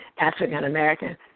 African-American